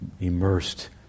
immersed